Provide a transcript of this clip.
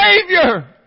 Savior